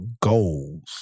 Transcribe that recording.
goals